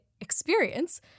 experience